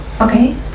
okay